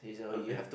okay